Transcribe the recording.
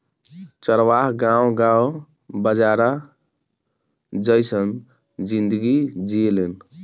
चरवाह गावं गावं बंजारा जइसन जिनगी जिऐलेन